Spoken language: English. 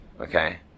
okay